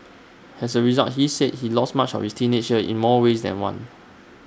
as A result he said he lost much of his teenage years in more ways than one